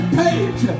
page